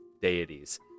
deities